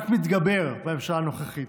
רק מתגבר בממשלה הנוכחית.